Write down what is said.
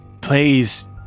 please